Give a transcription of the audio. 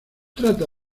trata